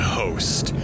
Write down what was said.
host